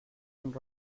and